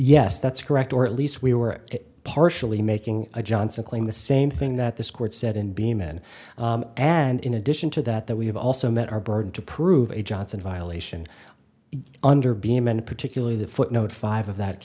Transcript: yes that's correct or at least we were partially making a johnson claim the same thing that this court said and beam in and in addition to that that we have also met our burden to prove a johnson violation under beeman particularly the footnote five of that